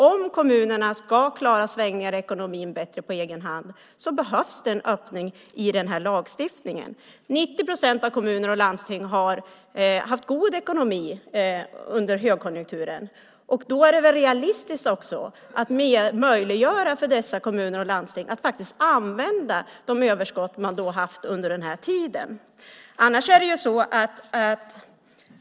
Om kommunerna ska klara svängningar i ekonomin bättre på egen hand behövs det en öppning i den här lagstiftningen. 90 procent av kommunerna och landstingen har haft god ekonomi under högkonjunkturen. Då är det också realistiskt att möjliggöra för dessa kommuner och landsting att använda de överskott man haft under den här tiden.